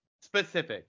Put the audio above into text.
specific